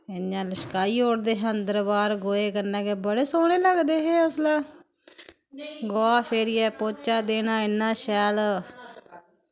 इ'यां लशकाई ओड़दे हे अंदर बाह्र गोहे कन्नै गै बड़े सोह्ने लगदे हे उसलै गोहा फेरियै पौह्चा देना इन्ना शैल